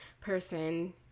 person